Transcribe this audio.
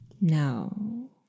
No